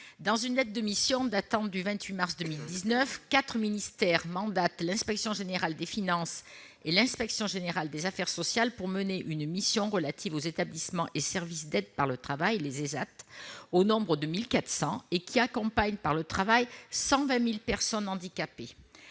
dans une lettre de mission datant du 28 mars 2019, quatre ministères mandatent l'inspection générale des finances et l'inspection générale des affaires sociales pour mener une mission sur les établissements et services d'aide par le travail (ÉSAT). Au nombre de 1 400, ces établissements accompagnent par le travail 120 000 personnes handicapées.